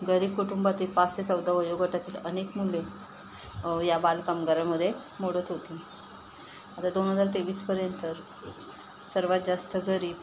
गरीब कुटुंबातील पाच ते चौदा वयोगटातील अनेक मुले या बालकामगारामध्ये मोडत होती आता दोन हजार तेवीसपर्यंत सर्वात जास्त गरीब